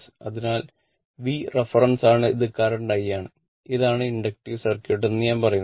അതിനാൽ V reference ആണ് ഇത് കറന്റ് I ആണ് ഇതാണ് ഇൻഡക്റ്റീവ് സർക്യൂട്ട് എന്ന് ഞാൻ പറയുന്നു